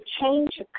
change